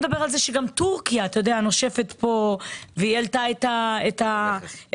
גם טורקיה נושפת פה בעורפנו והיא העלתה את המכס